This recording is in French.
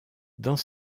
dans